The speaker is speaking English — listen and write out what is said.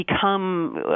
become